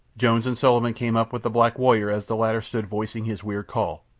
jones and sullivan came up with the black warrior as the latter stood voicing his weird call.